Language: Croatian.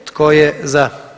Tko je za?